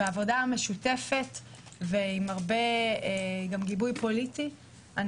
בעבודה משותפת ועם הרבה גיבוי פוליטי אני